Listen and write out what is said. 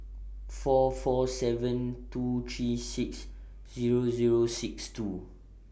four four seven two three six Zero Zero six two